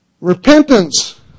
Repentance